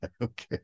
okay